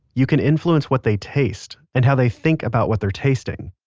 you can influence what they taste, and how they think about what they're tasting.